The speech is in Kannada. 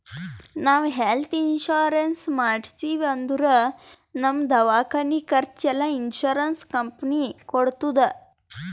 ನಾವ್ ಹೆಲ್ತ್ ಇನ್ಸೂರೆನ್ಸ್ ಮಾಡ್ಸಿವ್ ಅಂದುರ್ ನಮ್ದು ದವ್ಕಾನಿ ಖರ್ಚ್ ಎಲ್ಲಾ ಇನ್ಸೂರೆನ್ಸ್ ಕಂಪನಿ ಕೊಡ್ತುದ್